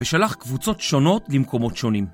ושלח קבוצות שונות למקומות שונים.